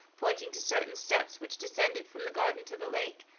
pointing to certain steps which descended from the garden to the lake.